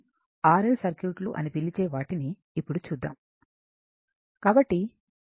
ఇప్పుడు మనం R L సర్క్యూట్లని చూద్దాము